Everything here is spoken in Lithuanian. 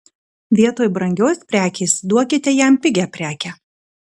vietoj brangios prekės duokite jam pigią prekę